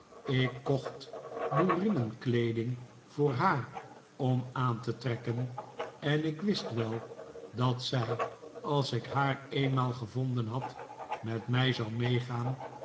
ik kocht boerinnenkleeding voor haar om aan te trekken en ik wist wel dat zij als ik haar eenmaal gevonden had met mij zou meegaan